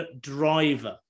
driver